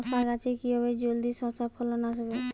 শশা গাছে কিভাবে জলদি শশা ফলন আসবে?